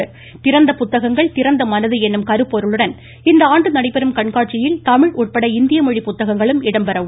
திறந்த புத்தகங்கள் திறந்த மனது எனும் கருப்பொருளுடன் இந்தாண்டு நடைபெறும் கண்காட்சியில் தமிழ் உட்பட இந்திய மொழி புத்தகங்களும் இடம்பெற உள்ளன